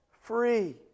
free